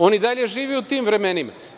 On i dalje živi u tim vremenima.